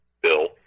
bill